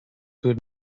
would